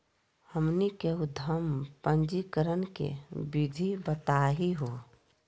हमनी के उद्यम पंजीकरण के विधि बताही हो?